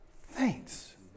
thanks